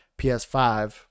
PS5